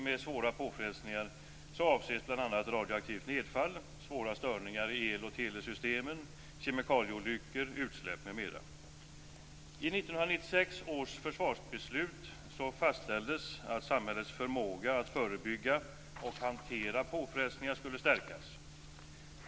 Med svåra påfrestningar avses bl.a. radioaktivt nedfall, svåra störningar i el och telesystemen, kemikalieolyckor, utsläpp m.m. I 1996 års försvarsbeslut fastställdes att samhällets förmåga att förebygga och hantera påfrestningar skulle stärkas.